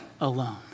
alone